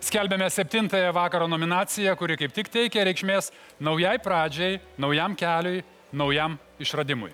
skelbiame septintąją vakaro nominaciją kuri kaip tik teikia reikšmės naujai pradžiai naujam keliui naujam išradimui